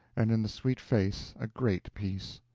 and in the sweet face a great peace.